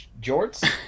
jorts